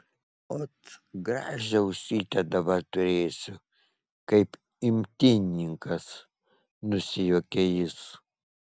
ot gražią ausytę dabar turėsiu kaip imtynininkas nusijuokė jis